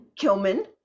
kilman